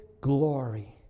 glory